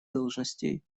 должностей